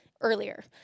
earlier